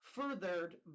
furthered